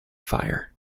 fire